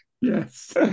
Yes